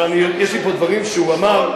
אבל יש לי פה דברים שהוא אמר.